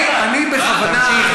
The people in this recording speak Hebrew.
אני צריך להישאר כאן עד סוף הערב.